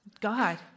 God